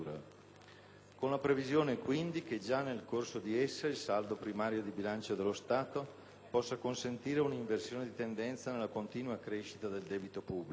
con la previsione, quindi, che già nel corso di essa il saldo primario di bilancio dello Stato possa consentire un'inversione di tendenza nella continua crescita del debito pubblico.